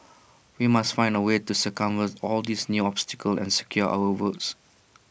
we must find A way to circumvent all these new obstacle and secure our votes